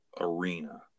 arena